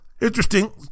interesting